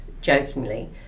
jokingly